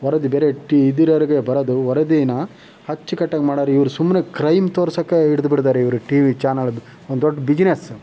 ವರದಿ ಬೇರೆ ಟಿ ಇದು ಇರೋವ್ರಿಗೆ ಬರೋದು ವರದಿನಾ ಅಚ್ಚುಕಟ್ಟಾಗಿ ಮಾಡೊವ್ರು ಇವ್ರು ಸುಮ್ಮನೆ ಕ್ರೈಮ್ ತೋರಿಸೋಕ್ಕೆ ಹಿಡ್ದು ಬಿಟ್ಟಿದಾರೆ ಇವ್ರು ಟಿವಿ ಚಾನೆಲ್ದು ಒಂದು ದೊಡ್ಡ ಬಿಜಿನೆಸ್